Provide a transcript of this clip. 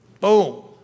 Boom